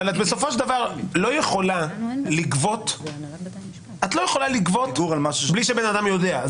אבל בסופו של דבר את לא יכולה לגבות מבלי שהבן אדם יודע.